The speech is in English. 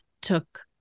took